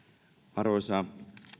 arvoisa